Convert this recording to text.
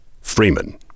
Freeman